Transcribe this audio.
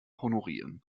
honorieren